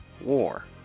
war